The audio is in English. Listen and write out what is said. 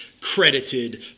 credited